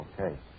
Okay